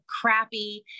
crappy